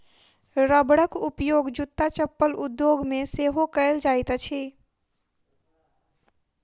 रबरक उपयोग जूत्ता चप्पल उद्योग मे सेहो कएल जाइत अछि